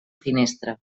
finestra